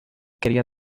quería